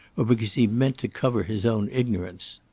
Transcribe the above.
or because he meant to cover his own ignorance.